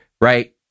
right